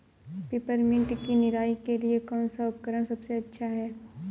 Peppermint की निराई के लिए कौन सा उपकरण सबसे अच्छा है?